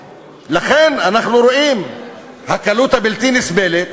לכן, אנחנו רואים את הקלות הבלתי-נסבלת